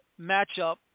matchup